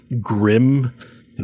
grim